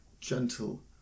gentle